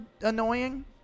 annoying